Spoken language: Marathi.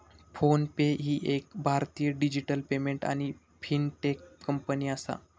फोन पे ही एक भारतीय डिजिटल पेमेंट आणि फिनटेक कंपनी आसा